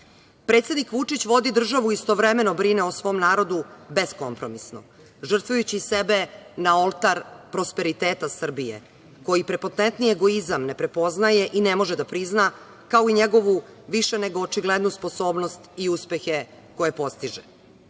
njih. Predsednik Vučić vodi državu i istovremeno brine o svom narodu beskompromisno, žrtvujući sebe na oltar prosperiteta Srbije koji prepotentni egoizam ne prepoznaje i ne može da prizna, kao i njegovu više nego očiglednu sposobnost i uspehe koje postiže.